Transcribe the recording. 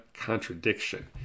contradiction